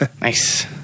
Nice